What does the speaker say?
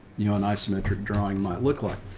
you know, an isometric drawing might look like.